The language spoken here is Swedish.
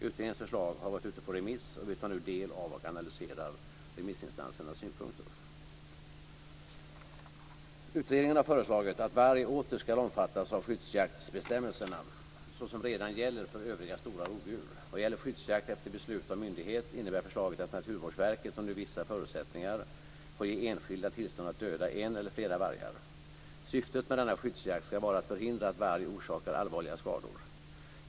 Utredningens förslag har varit ute på remiss, och vi tar nu del av och analyserar remissinstansernas synpunkter. Utredningen har föreslagit att varg åter skall omfattas av skyddsjaktsbestämmelserna så som redan gäller för övriga stora rovdjur. Vad gäller skyddsjakt efter beslut av myndighet innebär förslaget att Naturvårdsverket under vissa förutsättningar får ge enskilda tillstånd att döda en eller flera vargar. Syftet med denna skyddsjakt skall vara att förhindra att varg orsakar allvarliga skador.